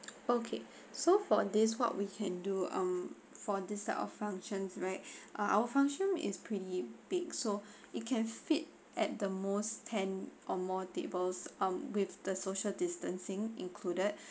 okay so for this what we can do um for this type of functions right uh our function is pretty big so it can fit at the most ten or more tables um with the social distancing included